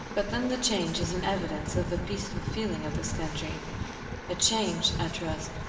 but then the change is an evidence of the peaceful feeling of this country a change, i trust,